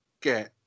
get